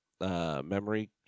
memory